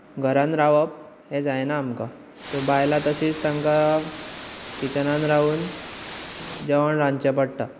घरांत रावप हें जायना आमकां सो बायलां तशींच तांकां किचनांत रावून जेवण रांदचें पडटा